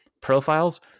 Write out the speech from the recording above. profiles